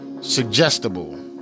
suggestible